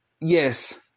yes